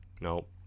Nope